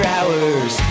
Hours